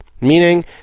meaning